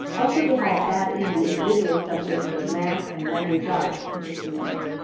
i'll show you how to add in the individual subjects of math and language arts in just a minute.